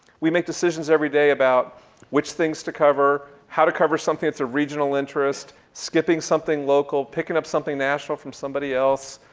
we make decisions everyday about which things to cover, how to cover something that's of regional interest, skipping something local, picking up something national from somebody else,